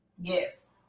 Yes